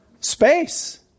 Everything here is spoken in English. space